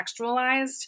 contextualized